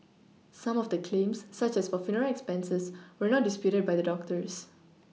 some of the claims such as for funeral expenses were not disputed by the doctors